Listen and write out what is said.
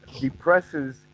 depresses